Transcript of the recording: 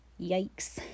yikes